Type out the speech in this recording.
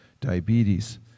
diabetes